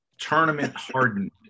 tournament-hardened